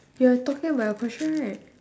you're talking about your question right